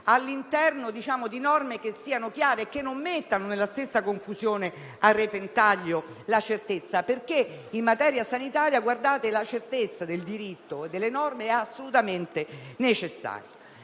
all'interno di norme che siano chiare e che non mettano, con la loro stessa confusione, a repentaglio la certezza; perché - guardate - in materia sanitaria la certezza del diritto e delle norme è assolutamente necessaria.